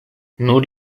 nur